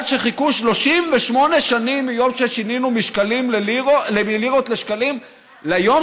שחיכו 38 שנים מיום ששינינו מלירות לשקלים ליום